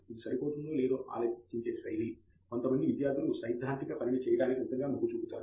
ఇది సరిపోతుందో లేదో ఆలోచించే శైలి కొంతమంది విద్యార్థులు సైద్ధాంతిక పనిని చేయటానికి నిజంగా మొగ్గు చూపుతారు